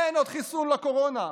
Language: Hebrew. אין עוד חיסון לקורונה,